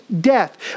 death